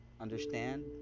understand